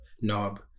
knob